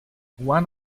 one